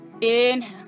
Inhale